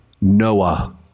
Noah